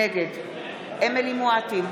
נגד אמילי חיה מואטי,